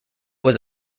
was